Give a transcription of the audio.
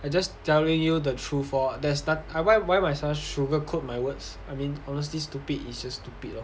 I just telling you the truth lor there's not~ I why why must I sugar coat my words I mean honestly stupid is just stupid lor